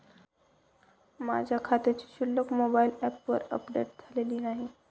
माझ्या खात्याची शिल्लक मोबाइल ॲपवर अपडेट झालेली नाही